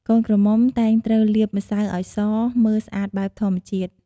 កូនក្រមុំតែងត្រូវលាបម្សៅឲ្យស មើលស្អាតបែបធម្មជាតិ។